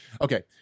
Okay